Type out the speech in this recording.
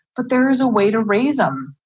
but there is a way to raise them.